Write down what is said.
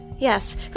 Yes